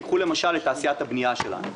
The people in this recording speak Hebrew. קחו, למשל, את תעשיית הבנייה שלנו.